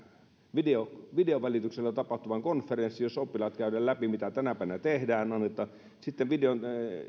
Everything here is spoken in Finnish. videon videon välityksellä tapahtuvan konferenssin jossa oppilaiden kanssa käydään läpi mitä tänäpänä tehdään sitten